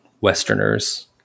Westerners